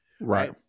Right